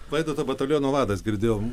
vaidoto bataliono vadas girdėjom